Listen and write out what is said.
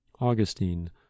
Augustine